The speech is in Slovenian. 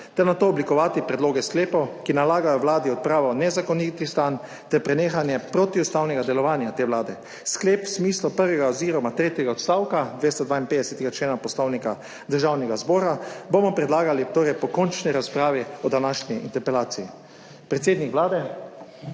ter nato oblikovati predloge sklepov, ki nalagajo Vladi odpravo nezakonitih stanj ter prenehanje protiustavnega delovanja te vlade. Sklep v smislu prvega oziroma tretjega odstavka 252. člena Poslovnika Državnega zbora bomo predlagali po končni razpravi o današnji interpelaciji. Predsednik Vlade,